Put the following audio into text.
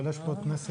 אבל יש פה --- הינה,